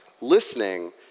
Listening